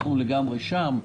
אנחנו לגמרי שם.